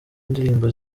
indirimbo